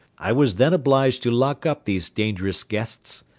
i was then obliged to lock up these dangerous guests,